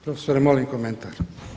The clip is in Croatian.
Profesore, molim komentar.